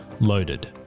Loaded